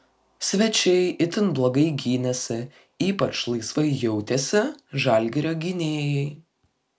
svečiai itin blogai gynėsi ypač laisvai jautėsi žalgirio gynėjai